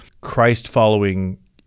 Christ-following